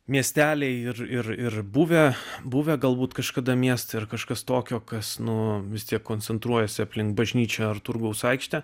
miesteliai ir ir ir buvę buvę galbūt kažkada miestą ir kažkas tokio kas nuo misija koncentruojasi aplink bažnyčią ar turgaus aikštę